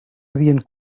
havien